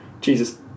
Jesus